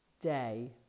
day